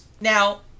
Now